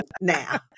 now